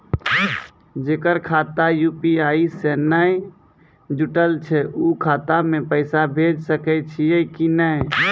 जेकर खाता यु.पी.आई से नैय जुटल छै उ खाता मे पैसा भेज सकै छियै कि नै?